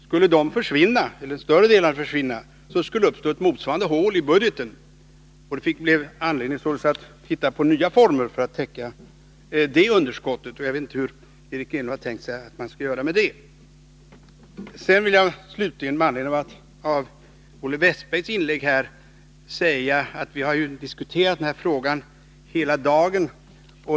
Skulle större delen av det beloppet försvinna, skulle det uppstå ett motsvarande hål i budgeten, och vi fick hitta nya former för att täcka det underskottet. Jag vet inte hur Eric Enlund har tänkt sig att vi skulle klara det. Med anledning av Olle Wästbergs i Stockholm inlägg vill jag slutligen framhålla att vi har diskuterat denna fråga hela dagen.